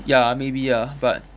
ya maybe ah but